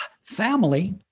family